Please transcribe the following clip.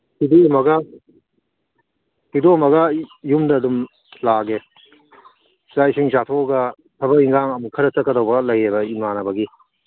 ꯊꯤꯗꯣꯛꯑꯝꯃꯒ ꯌꯨꯝꯗ ꯑꯗꯨꯝ ꯂꯥꯛꯑꯒꯦ ꯆꯥꯛ ꯏꯁꯤꯡ ꯆꯥꯊꯣꯛꯑꯒ ꯊꯕꯛ ꯏꯟꯈꯥꯡ ꯑꯃꯨꯛ ꯈꯔ ꯆꯠꯀꯗꯕ ꯂꯩꯌꯦꯕ ꯏꯃꯥꯟꯅꯕꯒꯤ